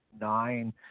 nine